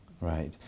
Right